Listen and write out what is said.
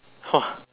!wah!